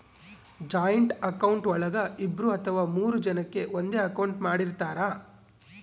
joint account ಒಳಗ ಇಬ್ರು ಅಥವಾ ಮೂರು ಜನಕೆ ಒಂದೇ ಅಕೌಂಟ್ ಮಾಡಿರ್ತರಾ